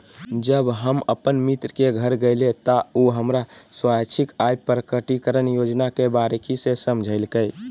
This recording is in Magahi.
जब हम अपन मित्र के घर गेलिये हल, त उ हमरा स्वैच्छिक आय प्रकटिकरण योजना के बारीकि से समझयलकय